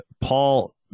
Paul